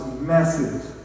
massive